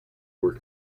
were